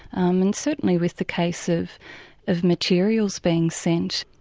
and certainly with the case of of materials being sent,